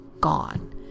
gone